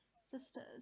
sisters